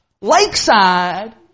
Lakeside